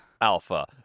Alpha